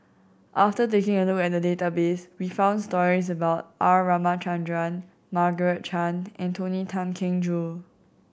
after taking a look at the database we found stories about R Ramachandran Margaret Chan and Tony Tan Keng Joo